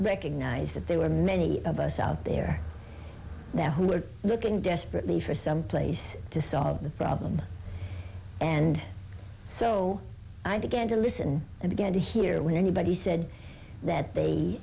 recognise that there were many of us out there there who were looking desperately for some place to solve the problem and so i began to listen and get to hear when anybody said that t